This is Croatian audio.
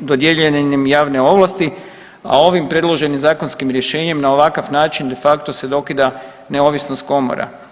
dodijeljene im javne ovlasti, a ovim predloženim zakonskim rješenjem, na ovakav način de facto se dokida neovisnost komora.